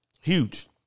Huge